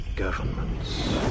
Governments